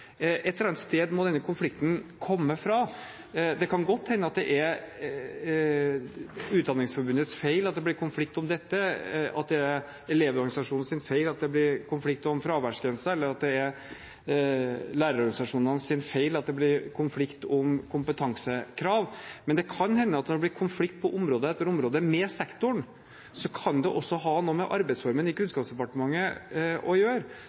annet sted må denne konflikten komme fra. Det kan godt hende at det er Utdanningsforbundets feil at det blir konflikt om dette, at det er Elevorganisasjonens feil at det blir konflikt om fraværsgrensen, eller at det er lærerorganisasjonenes feil at det blir konflikt om kompetansekrav. Men det kan hende at når det blir konflikt på område etter område, med sektoren, kan det også ha noe med arbeidsformen i Kunnskapsdepartementet å gjøre,